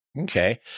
Okay